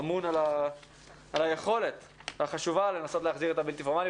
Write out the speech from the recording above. אמון על היכולת החשובה לנסות לחזיר את הבלתי פורמלי.